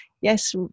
yes